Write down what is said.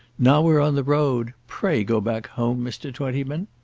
now we're on the road. pray go back home, mr. twentyman.